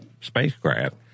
spacecraft